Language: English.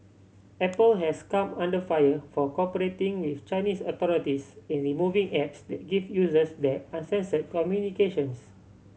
Apple has come under fire for cooperating with Chinese authorities in the removing apps that give users there uncensored communications